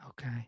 okay